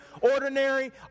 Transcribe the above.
ordinary